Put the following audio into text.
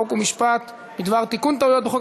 חוק ומשפט בדבר תיקון טעויות בחוק